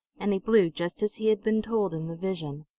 and he blew just as he had been told in the vision.